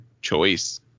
choice